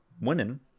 women